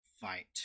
fight